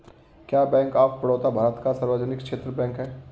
क्या bank of Baroda Bharat का सार्वजनिक क्षेत्र का बैंक है?